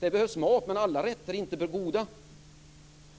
Det behövs mat, men alla rätter är inte goda.